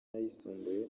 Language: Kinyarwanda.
ayisumbuye